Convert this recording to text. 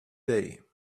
day